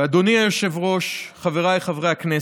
אדוני היושב-ראש, חבריי חברי הכנסת,